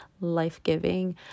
life-giving